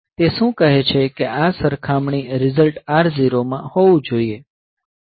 તે શું કહે છે કે આ સરખામણી રીઝલ્ટ R0 માં હોવું જોઈએ